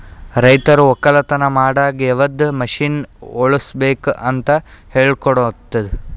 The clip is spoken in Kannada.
ರೈತರು ಒಕ್ಕಲತನ ಮಾಡಾಗ್ ಯವದ್ ಮಷೀನ್ ಬಳುಸ್ಬೇಕು ಅಂತ್ ಹೇಳ್ಕೊಡ್ತುದ್